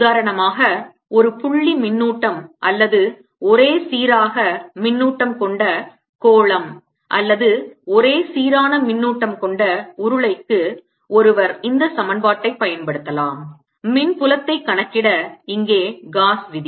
உதாரணமாக ஒரு புள்ளி மின்னூட்டம் அல்லது ஒரே சீராக மின்னூட்டம் கொண்ட கோளம் அல்லது ஒரே சீரான மின்னூட்டம் கொண்ட உருளைக்கு ஒருவர் இந்த சமன்பாட்டைப் பயன்படுத்தலாம் மின் புலத்தைக் கணக்கிட இங்கே காஸ் விதி